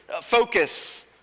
Focus